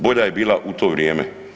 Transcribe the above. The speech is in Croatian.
Bolja je bila u to vrijeme.